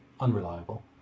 unreliable